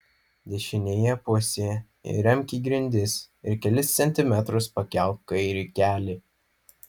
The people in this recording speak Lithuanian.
dešinėje pusėje įremk į grindis ir kelis centimetrus pakelk kairį kelį